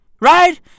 right